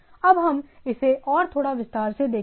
अब हम इसे और थोड़ा विस्तार से देखेंगे